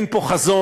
אין פה חזון.